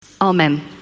Amen